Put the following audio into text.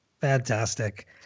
fantastic